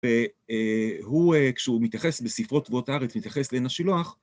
והוא, כשהוא מתייחס בספרו "תבואות הארץ", מתייחס לעין השילוח,